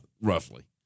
roughly